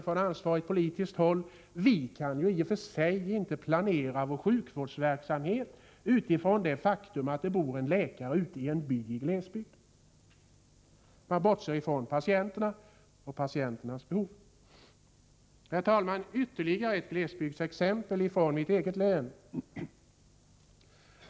Från ansvarigt politiskt håll säger man: Vi kan i och för sig inte planera vår sjukvårdsverksamhet utifrån det faktum att det bor en läkare i en by i glesbygd. Jag konstaterar således att man bortser från patienterna och deras behov. Herr talman! Ytterligare ett glesbygdsexempel, denna gång hämtat från mitt eget län.